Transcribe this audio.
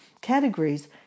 categories